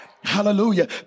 Hallelujah